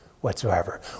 whatsoever